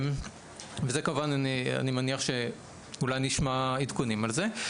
ועל זה כמובן אני מניח שאולי נשמע עדכונים על זה.